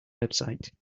website